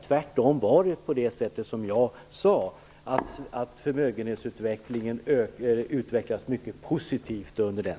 Tvärtom hade vi, som jag sade, en mycket positiv förmögenhetsutveckling under den tiden.